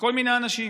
מכל מיני אנשים.